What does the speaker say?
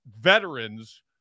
veterans